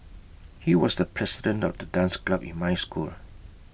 he was the president of the dance club in my school